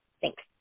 Thanks